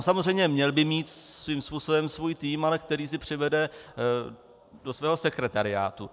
Samozřejmě měl by mít svým způsobem svůj tým, ale který si přivede do svého sekretariátu.